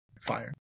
Fire